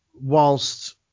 whilst